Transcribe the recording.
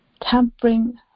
Tampering